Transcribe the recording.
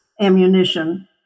ammunition